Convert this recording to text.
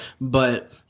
But-